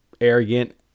arrogant